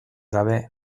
gabe